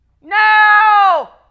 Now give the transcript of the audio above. No